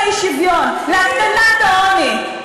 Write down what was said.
לפתרון האי-שוויון, להקטנת העוני,